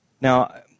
Now